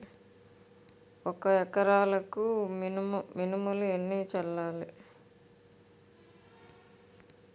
ఒక ఎకరాలకు మినువులు ఎన్ని చల్లాలి?